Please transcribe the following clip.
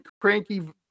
cranky